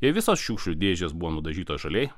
kai visos šiukšlių dėžės buvo nudažytos žaliai